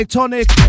Tonic